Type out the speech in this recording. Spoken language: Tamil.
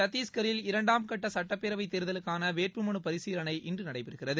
சத்திஷ்கரில் இரண்டாம் கட்ட சட்டப்பேரவைத் தேர்தலுக்கான வேட்புமனு பரிசீலனை இன்று நடைபெறுகிறது